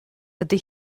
ydy